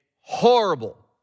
horrible